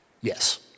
Yes